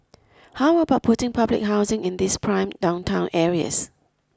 how about putting public housing in these prime downtown areas